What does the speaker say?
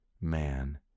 man